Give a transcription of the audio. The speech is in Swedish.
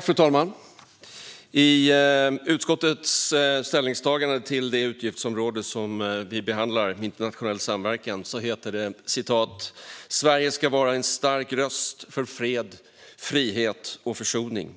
Fru talman! I utskottets ställningstagande till utgiftsområdet Internationell samverkan, som vi nu behandlar, heter det: "Sverige ska vara en stark röst för fred, frihet och försoning."